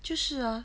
就是啊